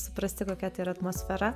suprasti kokia tai yra atmosfera